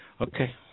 okay